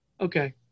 Okay